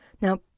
Now